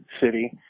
city